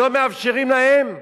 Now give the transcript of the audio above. לא מאפשרים להם,